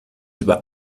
über